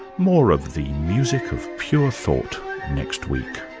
more of the music of pure thought next week.